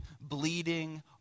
bleeding